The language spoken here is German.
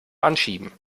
anschieben